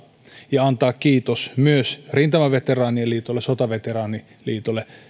ja antaa kiitos myös rintamaveteraaniliitolle sotaveteraaniliitolle